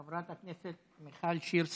חברת הכנסת מיכל שיר סגמן,